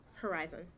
Horizon